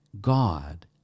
God